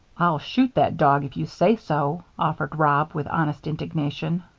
i'll shoot that dog if you say so, offered rob, with honest indignation.